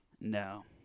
No